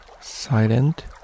silent